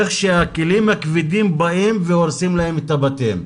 איך שהכלים הכבדים באים והורסים להם את הבתים.